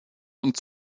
und